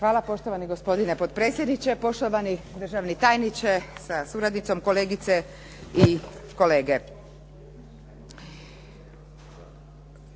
Hvala poštovani gospodine potpredsjedniče, poštovani državni tajniče sa suradnicom, kolegice i kolege.